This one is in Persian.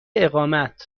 اقامت